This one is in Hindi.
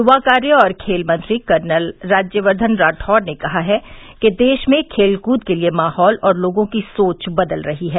युवा कार्य और खेल मंत्री कर्नल राज्यवर्द्धन राठौड़ ने कहा है कि देश में खेलकूद के लिए माहौल और लोगों की सोच बदल रही है